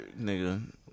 Nigga